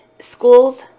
schools